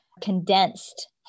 condensed